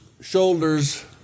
shoulders